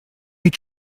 many